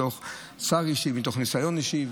מתוך ניסיון אישי,